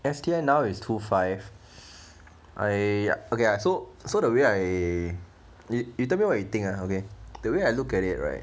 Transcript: S_T_I now is two five I okay lah so so the way I you tell me what you think ah okay the way I looked at it right